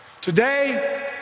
Today